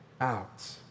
out